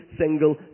single